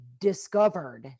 discovered